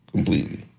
Completely